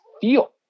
feel